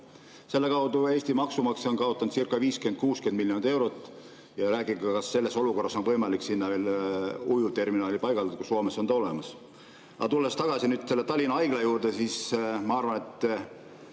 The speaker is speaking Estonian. Selle tõttu on Eesti maksumaksja kaotanudcirca50–60 miljonit eurot, rääkimata, kas selles olukorras on võimalik sinna veel ujuvterminali paigaldada, kui Soomes on ta olemas. Aga tulles tagasi Tallinna Haigla teema juurde, siis ma arvan, et